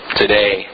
today